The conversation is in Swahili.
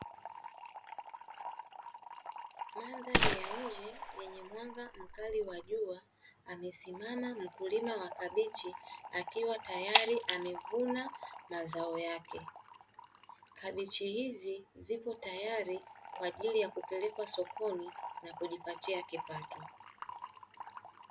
Mandhari ya nje yenye mwanga mkali wa jua, amesimama mkulima wa kabichi akiwa tayari amevuna mazao yake. Kabichi hizi ziko tayari kwa ajili ya kupelekwa sokoni na kujipatia kipato.